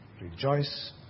Rejoice